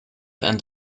and